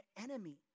enemy